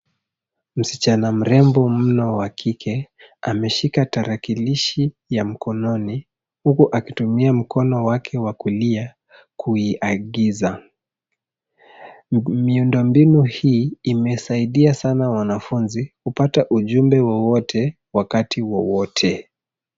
Msichana mrembo mno wa kike ameshika tarakilishi ya mkononi, huku akitumia mkono wake wa kulia kuiagiza. Miundo mbinu hii imesaidia sana wanafunzi kupata ujumbe wowote, wakati wowote.